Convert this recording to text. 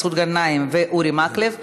מסעוד גנאים ואורי מקלב.